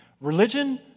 Religion